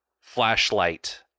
flashlight